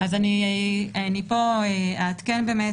הוועדה ביקשה